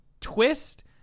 twist